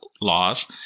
laws